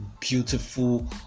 beautiful